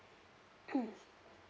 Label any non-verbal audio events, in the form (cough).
(noise)